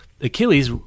Achilles